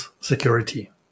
security